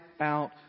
out